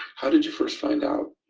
how did you first find out.